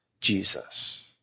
Jesus